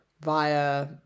via